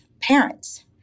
parents